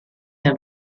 der